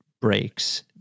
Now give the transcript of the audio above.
breaks